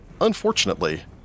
unfortunately